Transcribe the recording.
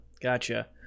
gotcha